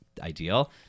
ideal